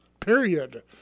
Period